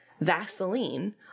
vaseline